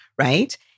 Right